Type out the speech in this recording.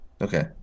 okay